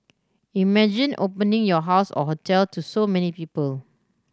imagine opening your house or hotel to so many people